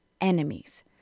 enemies